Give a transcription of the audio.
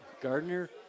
Gardner